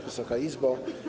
Wysoka Izbo!